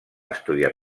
estudiar